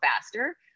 faster